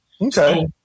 Okay